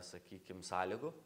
sakykim sąlygų